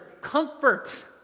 comfort